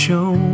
Show